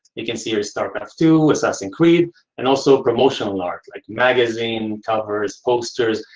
you can see your starcraft two, assassin's creed and also promotional art, like magazine covers, posters,